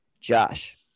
Josh